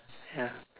ya